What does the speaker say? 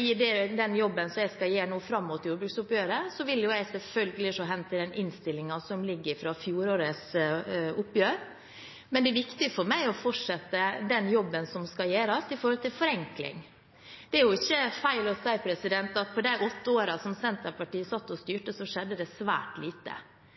I den jobben jeg skal gjøre fram mot jordbruksoppgjøret, vil jeg selvfølgelig se hen til den innstillingen som ligger fra fjorårets oppgjør, men det er viktig for meg å fortsette den jobben som skal gjøres når det gjelder forenkling. Det er ikke feil å si at i løpet av de åtte årene som Senterpartiet satt og styrte, skjedde det svært lite.